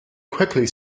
quickly